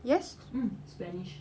yes